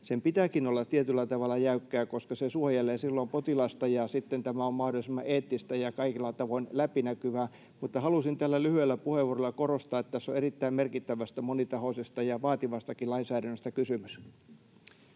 Sen pitääkin olla tietyllä tavalla jäykkää, koska se suojelee silloin potilasta ja sitten tämä on mahdollisimman eettistä ja kaikilla tavoin läpinäkyvää. Halusin tällä lyhyellä puheenvuorolla korostaa, että tässä on erittäin merkittävästä, monitahoisesta ja vaativastakin lainsäädännöstä kysymys.